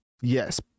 yes